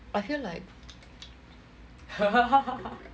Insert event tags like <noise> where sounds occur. I feel like <laughs>